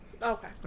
Okay